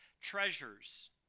treasures